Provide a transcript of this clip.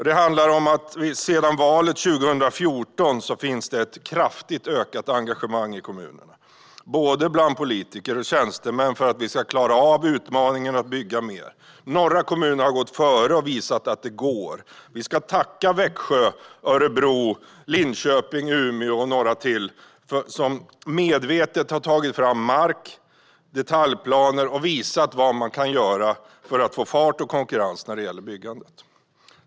Det handlar om att det sedan valet 2014 finns ett ökat engagemang i kommunerna, både bland politiker och bland tjänstemän, för att vi ska klara av utmaningen att bygga mer. Några kommuner har gått före och visat att det går. Vi ska tacka Växjö, Örebro, Linköping, Umeå och några till, som medvetet har tagit fram mark och detaljplaner och visat vad man kan göra för att få fart och konkurrens när det gäller byggandet.